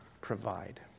provide